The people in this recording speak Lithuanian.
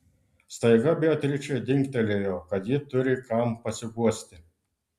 staiga beatričei dingtelėjo kad ji turi kam pasiguosti